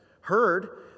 heard